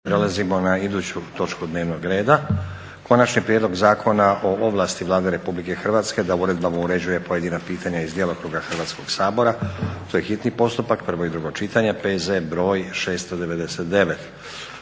Prelazimo na iduću točku dnevnog reda - Konačni prijedlog zakona o ovlasti Vlade Republike Hrvatske da uredbama uređuje pojedina pitanja iz djelokruga Hrvatskoga sabora, hitni postupak, prvo i drugo čitanje, P.Z. br. 699